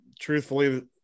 truthfully